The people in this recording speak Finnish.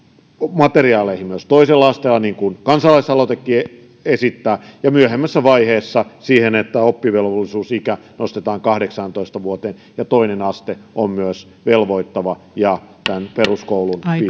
materiaaleihin myös toisella asteella niin kuin kansa laisaloitekin esittää ja myöhemmässä vaiheessa siihen että oppivelvollisuusikä nostetaan kahdeksaantoista vuoteen ja toinen aste on myös velvoittava ja peruskoulun